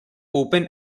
open